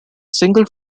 single